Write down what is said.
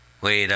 Wait